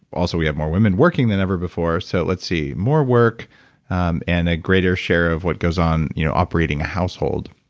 also, we have more women working than ever before. so, let's see, more work um and a greater share of what goes on you know operating a household.